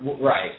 Right